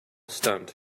stunt